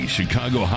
Chicago